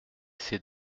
ces